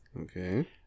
Okay